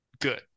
good